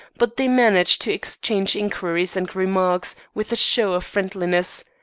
but they managed to exchange inquiries and remarks with a show of friendliness.